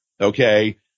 okay